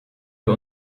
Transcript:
wir